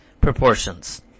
proportions